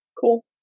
Cool